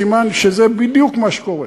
סימן שזה בדיוק מה שקורה.